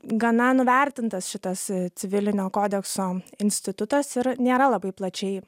gana nuvertintas šitas civilinio kodekso institutas ir nėra labai plačiai